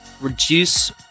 reduce